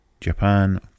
Japan